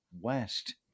west